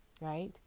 right